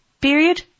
period